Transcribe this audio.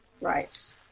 Right